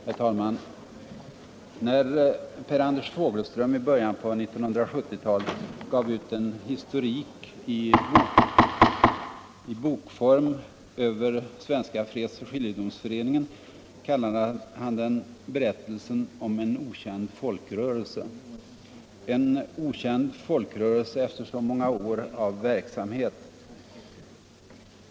Herr talman! När Per Anders Fogelström i början på 1970-talet gav ut en historik i bokform över Svenska fredsoch skiljedomsföreningen, kallade han den Berättelsen om en okänd folkrörelse. ”En okänd folkrörelse” efter så många år av verksamhet!